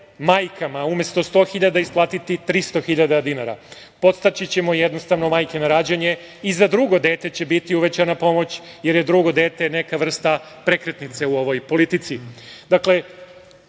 majkama, umesto 100 hiljada, isplatiti 300 hiljada dinara. Podstaći ćemo jednostavno majke na rađanje. I za drugo dete će biti uvećana pomoć, jer je drugo dete neka vrsta prekretnice u ovoj politici.